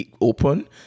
open